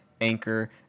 Anchor